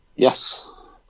Yes